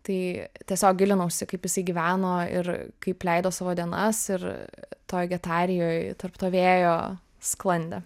tai tiesiog gilinausi kaip jisai gyveno ir kaip leido savo dienas ir toj getarijoj tarp to vėjo sklandė